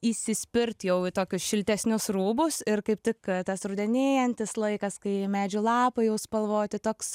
įsispirt jau į tokius šiltesnius rūbus ir kaip tik tas rudenėjantis laikas kai medžių lapai jau spalvoti toks